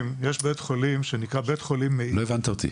-- יש בית חולים שנקרא "מאיר" -- לא הבנת אותי.